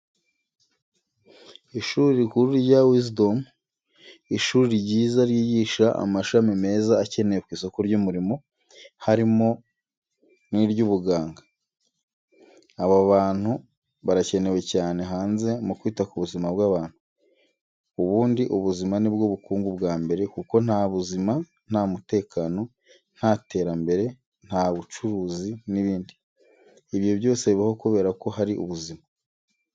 Ishuri rikuru rya Wizidomu, ishuri ryiza ryigisha amashami meza akenewe ku isoko ry'umurimo, harimo n'ibyubuganga. Abo bantu barakenewe cyane hanze mu kwita ku buzima bw'abantu. Ubundi ubuzima ni bwo bukungu bwa mbere kuko nta buzima nta mutekano, nta terambere, nta bucuruzi n'ibindi. Ibyo byose bibaho kubera ko hari ubuzima.